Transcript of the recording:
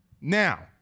Now